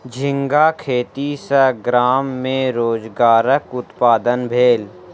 झींगा खेती सॅ गाम में रोजगारक उत्पादन भेल